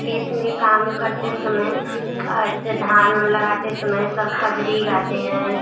खेत में काम करते समय जो धान उन लगाते समय सब कजरी गाते हैं